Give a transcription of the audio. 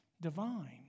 divine